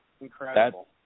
incredible